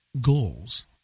goals